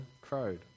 crowed